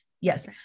yes